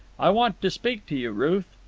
i want to speak to you, ruth.